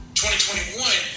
2021